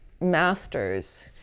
masters